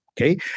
okay